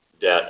debt